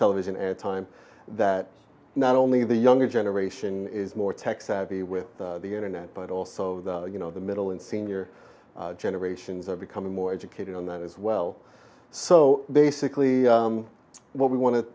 television and time that not only the younger generation is more tech savvy with the internet but also you know the middle and senior generations are becoming more educated on that as well so basically what we want